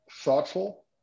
thoughtful